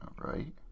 right